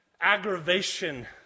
aggravation